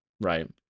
right